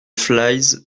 flies